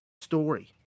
story